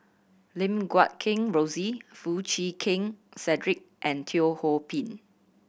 Lim Guat Kheng Rosie Foo Chee Keng Cedric and Teo Ho Pin